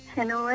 Hello